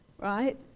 right